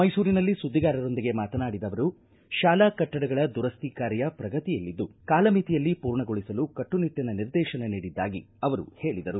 ಮೈಸೂರಿನಲ್ಲಿ ಸುದ್ದಿಗಾರರೊಂದಿಗೆ ಮಾತನಾಡಿದ ಅವರು ಶಾಲಾ ಕಟ್ಟಡಗಳ ದುರಸ್ತಿ ಕಾರ್ಯ ಪ್ರಗತಿಯಲ್ಲಿದ್ದು ಕಾಲಮಿತಿಯಲ್ಲಿ ಪೂರ್ಣಗೊಳಿಸಲು ಕಟ್ಟುನಿಟ್ಟಿನ ನಿರ್ದೇಶನ ನೀಡಿದ್ದಾಗಿ ಹೇಳಿದರು